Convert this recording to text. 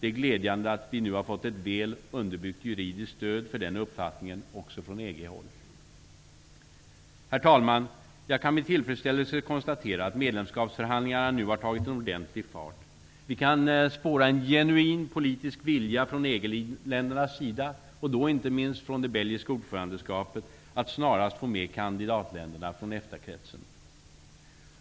Det är glädjande att vi nu har fått ett väl underbyggt juridiskt stöd för den uppfattningen också från EG Herr talman! Jag kan med tillfredsställelse konstatera att medlemskapsförhandlingarna nu har tagit ordentlig fart. Vi kan spåra en genuin politisk vilja från EG-ländernas sida, inte minst från det belgiska ordförandeskapet, att snarast få med kandidatländerna från EFTA-kretsen.